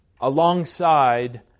alongside